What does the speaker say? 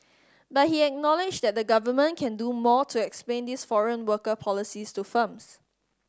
but he acknowledged that the Government can do more to explain its foreign worker policies to firms